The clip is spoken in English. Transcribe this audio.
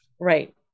right